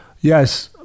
yes –